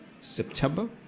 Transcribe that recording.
September